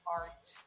art